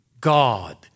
God